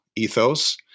ethos